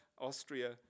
Austria